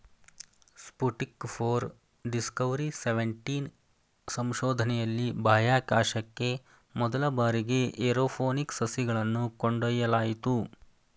Sputnik four, Discovery seventeen ಸಂಶೋಧನೆಯಲ್ಲಿ ಬಾಹ್ಯಾಕಾಶಕ್ಕೆ ಮೊದಲ ಬಾರಿಗೆ ಏರೋಪೋನಿಕ್ ಸಸಿಗಳನ್ನು ಕೊಂಡೊಯ್ಯಲಾಯಿತು